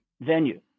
venue